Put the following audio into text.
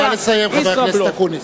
נא לסיים, חבר הכנסת אקוניס.